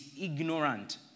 ignorant